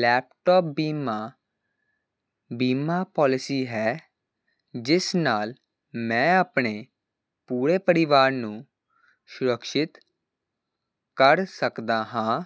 laptop ਬੀਮਾ ਬੀਮਾ policy ਹੈ ਜਿਸ ਨਾਲ ਮੈਂ ਆਪਣੇ ਪੂਰੇ ਪਰਿਵਾਰ ਨੂੰ ਸੁਰਕਸ਼ਿਤ ਕਰ ਸਕਦਾ ਹਾਂ